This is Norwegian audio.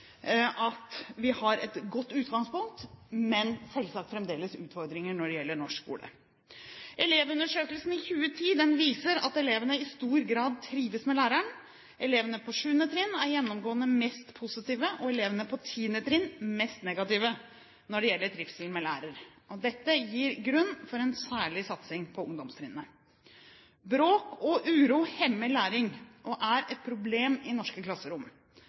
at vi har et godt utgangspunkt, men selvsagt fremdeles utfordringer når det gjelder norsk skole. Elevundersøkelsen 2010 viser at elevene i stor grad trives med læreren. Elevene på 7. trinn er gjennomgående mest positive, og elevene på 10. trinn mest negative når det gjelder trivsel med lærer. Dette gir grunn for en særlig satsing på ungdomstrinnet. Bråk og uro hemmer læring og er et problem i norske klasserom.